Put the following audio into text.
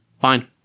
Fine